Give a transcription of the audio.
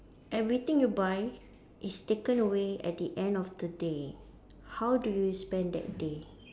everything you buy is taken away at the end of the day how do you spend that day